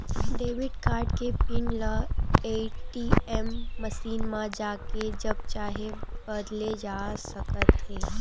debit card के pin ल ATM machine म जाके जब चाहे बदले जा सकत हे